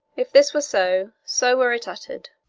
if this were so, so were it uttered.